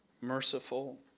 merciful